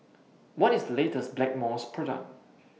What IS The latest Blackmores Product